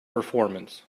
performance